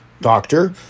doctor